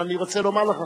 אבל אני רוצה לומר לך,